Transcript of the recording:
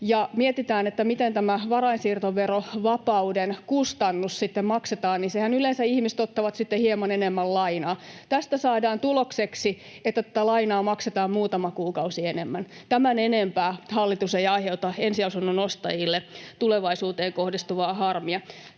mietitään, miten tämä varainsiirtoverovapauden kustannus sitten maksetaan, niin yleensähän ihmiset ottavat sitten hieman enemmän lainaa. Tästä saadaan tulokseksi, että lainaa maksetaan muutama kuukausi enemmän. Tämän enempää hallitus ei aiheuta ensiasunnon ostajille tulevaisuuteen kohdistuvaa harmia.